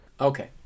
Okay